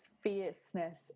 fierceness